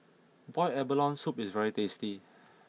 Boiled Abalone soup is very tasty